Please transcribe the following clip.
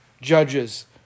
judges